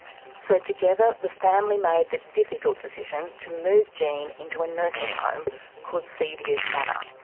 so together the family made the difficult decision to move jenny into a nursing home called sea views manor.